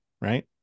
Right